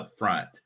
upfront